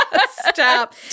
Stop